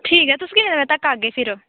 ठीक ऐ तुस किन्ने बजे धोड़ी आह्गे फिर